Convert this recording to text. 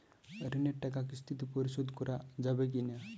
ঋণের টাকা কিস্তিতে পরিশোধ করা যাবে কি না?